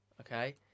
Okay